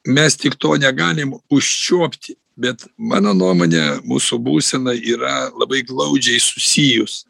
mes tik to negalim užčiuopti bet mano nuomone mūsų būsena yra labai glaudžiai susijus